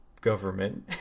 government